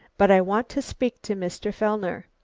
but i want to speak to mr. fellner.